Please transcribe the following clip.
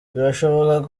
birashoboka